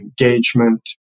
engagement